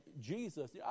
jesus